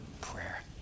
prayer